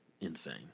insane